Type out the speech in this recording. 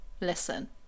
listen